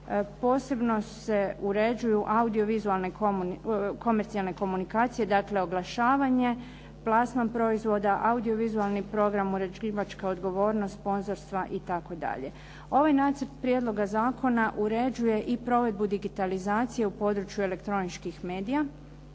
Posebno se uređuju audio-vizualne komercijalne komunikacije, dakle oglašavanje, plasman proizvoda, audio-vizualni program, uređivačka odgovornost, sponzorstva itd. Ovaj nacrt prijedloga zakona uređuje i provedbu digitalizacije u području elektroničkih medija